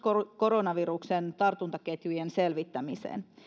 koronaviruksen tartuntaketjujen selvittämiseen